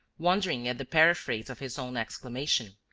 wondering at the paraphrase of his own exclamation.